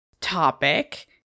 topic